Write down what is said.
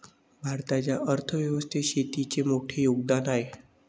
भारताच्या अर्थ व्यवस्थेत शेतीचे मोठे योगदान आहे